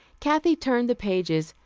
kathy turned the pages,